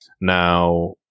Now